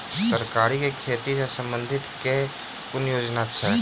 तरकारी केँ खेती सऽ संबंधित केँ कुन योजना छैक?